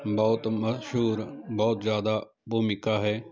ਬਹੁਤ ਮਸ਼ਹੂਰ ਬਹੁਤ ਜ਼ਿਆਦਾ ਭੂਮਿਕਾ ਹੈ